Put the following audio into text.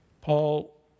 Paul